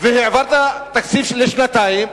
העברת תקציב לשנתיים,